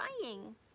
crying